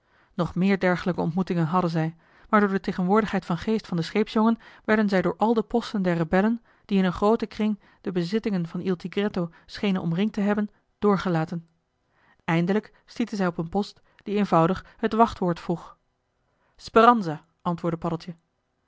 nog meer dergelijke ontmoetingen hadden zij maar door de tegenwoordigheid van geest van den scheepsjongen werden zij door al de posten der rebellen die in een grooten kring de bezittingen van il tigretto schenen omringd te hebben doorgelaten eindelijk stieten zij op een post die eenvoudig het wachtwoord vroeg speranza antwoordde paddeltje